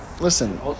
Listen